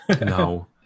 No